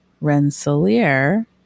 Rensselaer